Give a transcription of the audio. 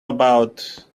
about